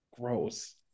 gross